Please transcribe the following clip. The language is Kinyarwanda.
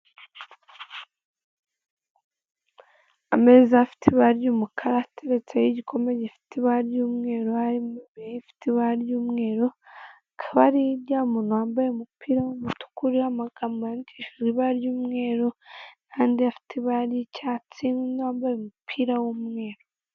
Ameza afite ibara ry'umukara ataretseho igikombe gifite ibara ry'umweru hakaba hirya hari umuntu wambaye umupira w'umutuku uriho amagambo yandikishije ibara ry'umweru, ahandi hafite ibara ry'icyatsi n'undi wambaye umupira w'umweru.